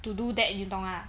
to do that you 懂 ah